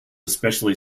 especially